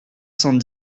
cent